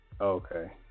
Okay